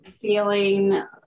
feeling